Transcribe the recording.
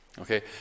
Okay